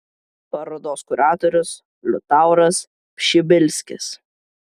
parodos kuratorius liutauras pšibilskis